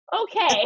okay